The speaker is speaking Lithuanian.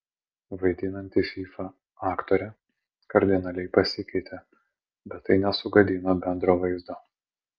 vaidinanti fyfą aktorė kardinaliai pasikeitė bet tai nesugadino bendro vaizdo